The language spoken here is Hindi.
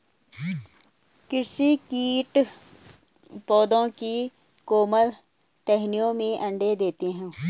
कृषि कीट पौधों की कोमल टहनियों में अंडे देते है